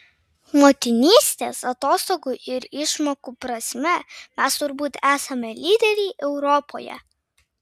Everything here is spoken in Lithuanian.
motinystės atostogų ir išmokų prasme mes turbūt esame lyderiai europoje